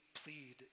plead